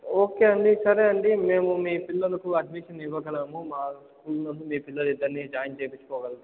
okay అండీ సరే అండీ మేము మీ పిల్లలకు అడ్మిషన్ ఇవ్వగలము మా స్కూల్లో మీ పిల్లలు ఇద్దరినీ జాయిన్ చేపించుకోగలుగుతాము